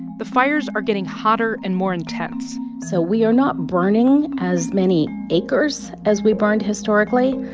the fires are getting hotter and more intense so we are not burning as many acres as we burned historically,